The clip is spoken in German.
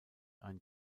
ein